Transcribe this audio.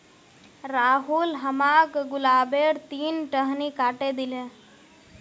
राहुल हमाक गुलाबेर तीन टहनी काटे दिले